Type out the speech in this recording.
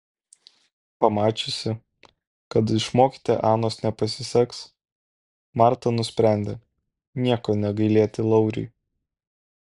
pamačiusi kad išmokyti anos nepasiseks marta nusprendė nieko negailėti lauriui